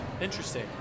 interesting